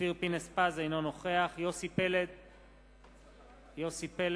אינו נוכח אילן גילאון,